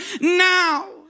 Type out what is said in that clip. now